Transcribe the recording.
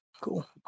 Cool